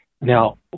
Now